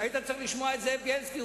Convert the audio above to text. היית צריך לשמוע את זאב בילסקי,